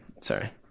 Sorry